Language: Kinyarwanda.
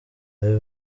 live